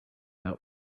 out